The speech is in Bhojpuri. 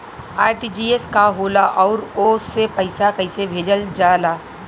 आर.टी.जी.एस का होला आउरओ से पईसा कइसे भेजल जला?